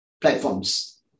platforms